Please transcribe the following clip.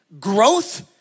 Growth